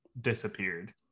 disappeared